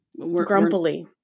Grumpily